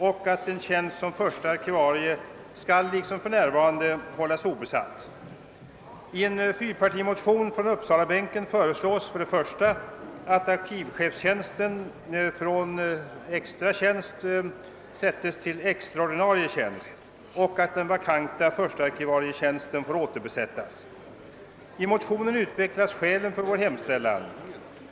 I en motion II: 1294 som väckts av företrädare för samtliga fyra partier på Uppsalabänken föreslås att arkivchefstjänsten skall ändras från extra till extra ordinarie tjänst och att den vakanssatta tjänsten som förste arkivarie får återbesättas. I motionen utvecklas skälen för vår hemställan.